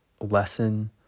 lesson